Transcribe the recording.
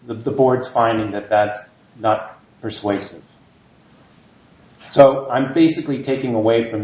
the courts finding that it's not persuasive so i'm basically taking away from